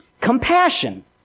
Compassion